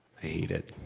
hate it.